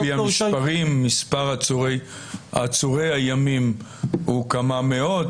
על פי המספרים, מספר עצורי הימים הוא כמה מאות.